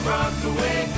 Rockaway